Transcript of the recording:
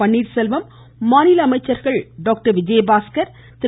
பன்னீர்செல்வம் மாநில அமைச்சர்கள் டாக்டர் விஜயபாஸ்கர் திரு